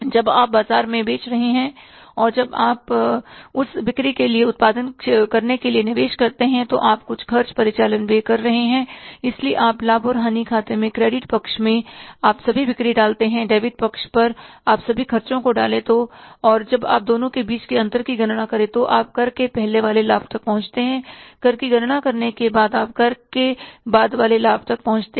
जब आप बाजार में बेच रहे हैं और जब आप उस बिक्री के लिए उत्पादन करने के लिए निवेश कर रहे हैं तो आप कुछ खर्च परिचालन व्यय कर रहे हैं इसलिए आप लाभ और हानि खाते में क्रेडिट पक्ष में आप सभी बिक्री डालते हैं डेबिट पक्ष पर आप सभी खर्चों को डालें तो और जब दोनों के बीच के अंतर की गणना करें तो आप कर के पहले वाले लाभ तक पहुंचते हैं कर की गणना करने के बाद आप कर के बाद वाले लाभ तक पहुंचते हैं